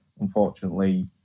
unfortunately